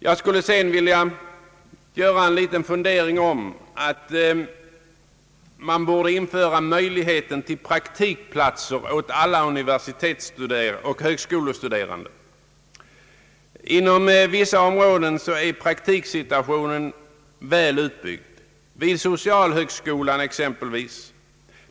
Jag skulle sedan vilja göra en liten reflexion om att man borde införa möjlighet till praktiktjänstgöring för alla universitetsoch högskolestuderande. Inom vissa områden är praktiksituationen väl ordnad, exempelvis vid socialhögskolorna.